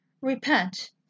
Repent